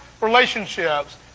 relationships